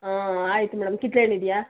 ಹಾಂ ಆಯ್ತು ಮೇಡಮ್ ಕಿತ್ಳೆ ಹಣ್ ಇದೆಯಾ